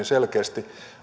selkeästi